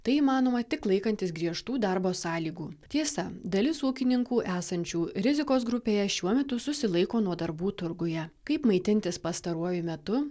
tai įmanoma tik laikantis griežtų darbo sąlygų tiesa dalis ūkininkų esančių rizikos grupėje šiuo metu susilaiko nuo darbų turguje kaip maitintis pastaruoju metu